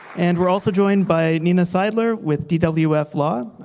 and we are also joined by nina siedler with dwf law.